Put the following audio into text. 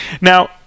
Now